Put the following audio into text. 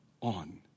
on